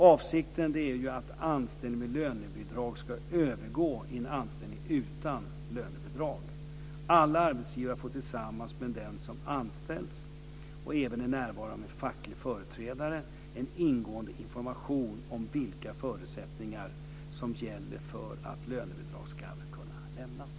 Avsikten är ju att anställning med lönebidrag ska övergå i en anställning utan lönebidrag. Alla arbetsgivare får tillsammans med den som anställs och även i närvaro av en facklig företrädare en ingående information om vilka förutsättningar som gäller för att lönebidrag ska kunna lämnas.